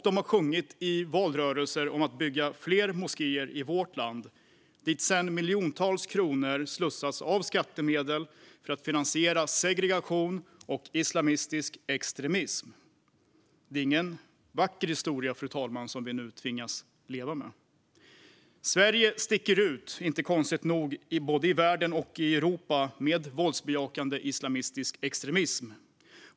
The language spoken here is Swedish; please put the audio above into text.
De har sjungit i valrörelser om att bygga fler moskéer i vårt land, dit sedan miljontals kronor av skattemedel har slussats för att finansiera segregation och islamistisk extremism. Det är ingen vacker historia, fru talman, som vi nu tvingas leva med. Sverige sticker naturligt nog ut i både världen och Europa när det gäller våldsbejakande islamistisk extremism.